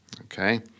okay